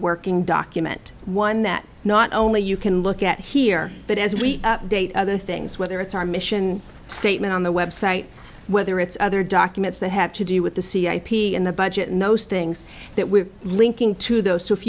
working document one that not only you can look at here but as we date other things whether it's our mission statement on the website whether it's other documents that have to do with the cia and the budget and those things that we're linking to those who if